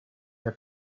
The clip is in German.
herr